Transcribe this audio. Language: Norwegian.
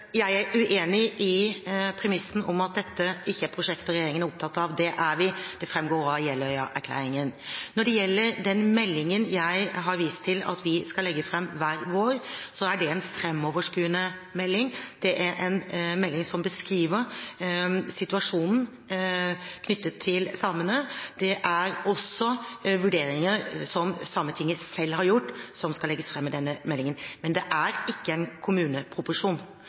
Jeg er uenig i premissen om at dette er prosjekter regjeringen ikke er opptatt av. Det er vi. Det framgår av Jeløya-erklæringen. Når det gjelder meldingen jeg har vist til at vi skal legge fram hver vår, så er det en framoverskuende melding. Det er en melding som beskriver situasjonen knyttet til samene. Det er også vurderinger som Sametinget selv har gjort, som skal legges fram i denne meldingen. Men det er ikke en kommuneproposisjon.